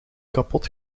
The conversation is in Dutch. kapot